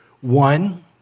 One